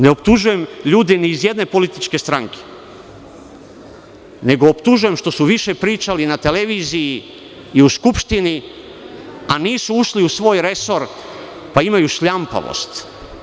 Ne optužujem ljude ni iz jedne političke stranke, nego optužujem što su više pričali na televiziji i u Skupštini, a nisu ušli u svoj resor, pa imaju šljampavost.